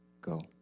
go